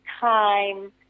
time